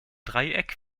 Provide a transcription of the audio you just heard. dreieck